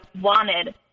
wanted